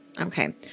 Okay